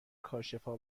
کاشفا